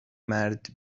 مرد